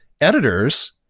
editors